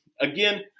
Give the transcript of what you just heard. Again